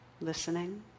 Listening